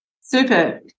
super